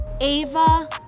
Ava